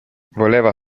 voleva